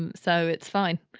and so it's fine.